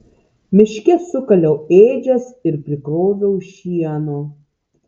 miške sukaliau ėdžias ir prikroviau šieno